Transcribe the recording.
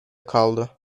kaldı